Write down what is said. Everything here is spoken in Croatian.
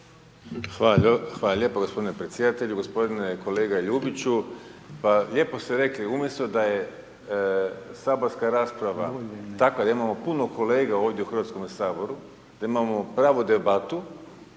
Hvala lijepo g. predsjedatelju, g. kolega Ljubiću. Pa lijepo ste rekli, umjesto da je saborska rasprava takva da imamo puno kolega ovdje u HS-u, da imamo pravu debatu,